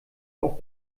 auch